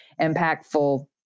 impactful